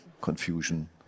confusion